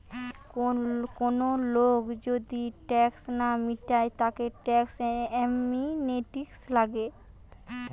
কোন লোক যদি ট্যাক্স না মিটায় তাকে ট্যাক্স অ্যামনেস্টি লাগে